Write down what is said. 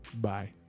Bye